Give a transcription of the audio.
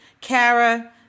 Kara